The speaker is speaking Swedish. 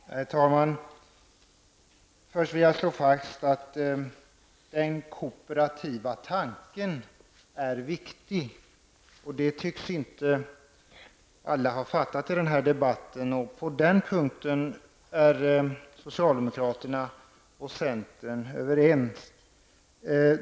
Herr talman! Först vill jag slå fast att den kooperativa tanken är viktig. Det tycks inte alla ha förstått i denna debatt. På den punkten är socialdemokraterna och centern överens.